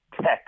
tech